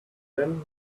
then